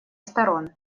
сторон